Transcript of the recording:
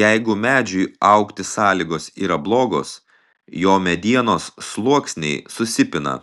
jeigu medžiui augti sąlygos yra blogos jo medienos sluoksniai susipina